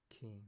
King